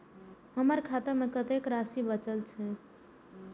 हमर खाता में कतेक राशि बचल छे?